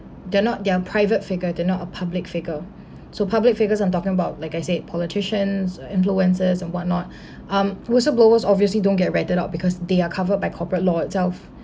they're not they're private figure they're not a public figure so public figures I'm talking about like I said politicians and influencers and whatnot um whistle blowers obviously don't get write out because they are covered by corporate law itself